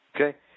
Okay